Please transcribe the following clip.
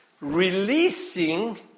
releasing